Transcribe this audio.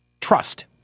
trust